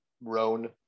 roan